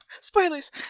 Spoilers